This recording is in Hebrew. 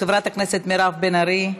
חברת הכנסת מירב בן ארי,